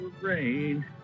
rain